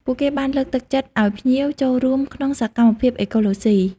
ពួកគេបានលើកទឹកចិត្តភ្ញៀវឱ្យចូលរួមក្នុងសកម្មភាពអេកូឡូសុី។